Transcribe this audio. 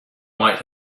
might